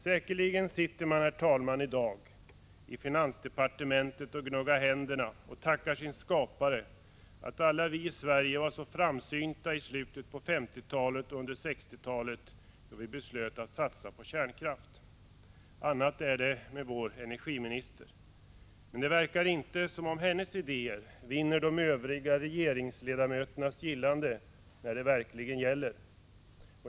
Säkerligen sitter man i dag, herr talman, i finansdepartementet och gnuggar händerna och tackar sin skapare att alla vi i Sverige var så framsynta i slutet av 1950-talet och under 1960-talet då vi beslöt att satsa på kärnkraft. Annat är det med vår energiminister. Men det verkar inte som om hennes idéer vinner de övriga regeringsledamöternas gillande när det verkligen gäller.